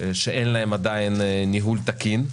שאין להן עדיין ניהול תקין.